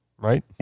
right